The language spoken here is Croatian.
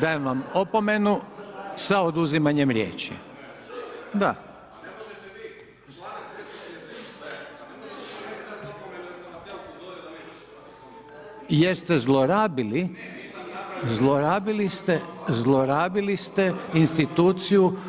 Dajem vam opomenu sa oduzimanjem riječi. ... [[Upadica se ne čuje.]] Da. ... [[Upadica se ne čuje.]] Jer ste zlorabili, zlorabili ste instituciju …... [[Upadica